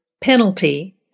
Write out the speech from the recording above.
penalty